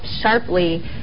sharply